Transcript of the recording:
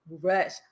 rush